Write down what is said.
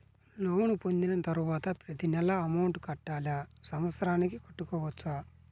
Loan పొందిన తరువాత ప్రతి నెల అమౌంట్ కట్టాలా? సంవత్సరానికి కట్టుకోవచ్చా?